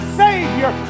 savior